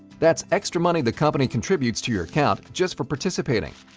that's extra money the company contributes to your account just for participating,